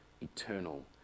eternal